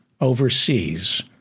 overseas